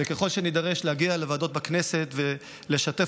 וככל שנידרש להגיע לוועדות בכנסת ולשתף